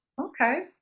okay